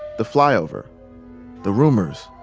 the flyover, the rumors,